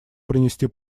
принести